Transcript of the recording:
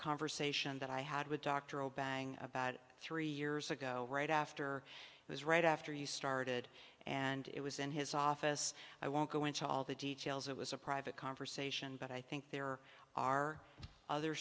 conversation that i had with doctoral bang about three years ago right after it was right after you started and it was in his office i won't go into all the details it was a private conversation but i think there are other